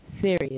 serious